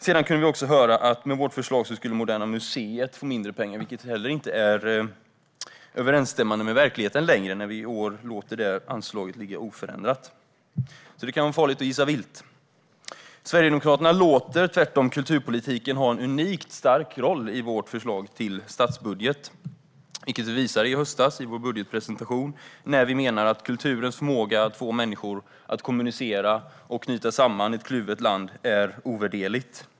Vi fick också höra att Moderna museet med vårt förslag skulle få mindre pengar, vilket inte heller längre är överensstämmande med verkligheten när vi i år låter anslaget ligga oförändrat. Det kan vara farligt att gissa vilt. Sverigedemokraterna låter tvärtom kulturpolitiken ha en unikt stark roll i vårt förslag till statsbudget, vilket vi visade i höstas i vår budgetpresentation när vi menade att kulturens förmåga att få människor att kommunicera och knyta samman ett kluvet land är ovärderlig.